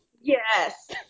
yes